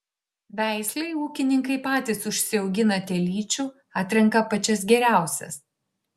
veislei ūkininkai patys užsiaugina telyčių atrenka pačias geriausias